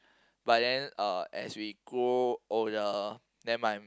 but then uh as we grow older then my mom